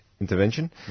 intervention